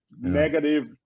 negative